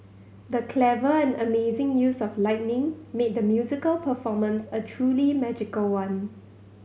the clever and amazing use of lightning made the musical performance a truly magical one